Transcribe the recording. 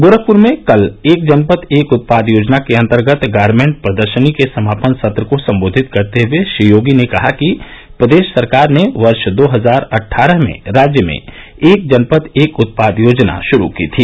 गोरखपुर में कल एक जनपद एक उत्पाद योजना के अन्तर्गत गारमेंट प्रदर्शनी के समापन सत्र को सम्बोधित करते हए श्री योगी ने कहा कि प्रदेश सरकार ने वर्ष दो हजार अटठारह में राज्य में एक जनपद एक उत्पाद योजना शुरू की थी